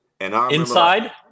Inside